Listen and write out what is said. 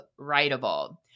Writable